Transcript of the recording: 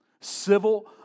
Civil